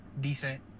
decent